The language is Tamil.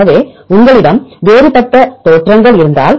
எனவே உங்களிடம் வேறுபட்ட தோற்றங்கள் இருந்தால்